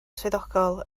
swyddogol